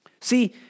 See